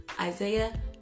Isaiah